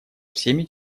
всеми